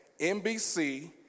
NBC